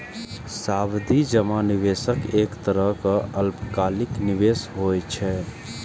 सावधि जमा निवेशक एक तरहक अल्पकालिक निवेश होइ छै